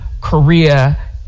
Korea